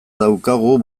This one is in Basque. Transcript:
daukagu